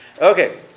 Okay